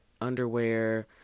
underwear